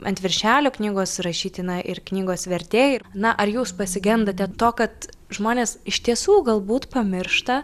ant viršelio knygos rašytina ir knygos vertėjai na ar jūs pasigendate to kad žmonės iš tiesų galbūt pamiršta